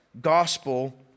gospel